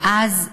ואז,